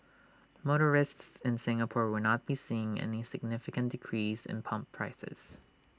motorists in Singapore will not be seeing any significant decrease in pump prices